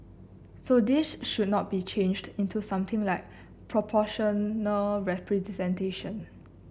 so this should not be changed into something like proportional representation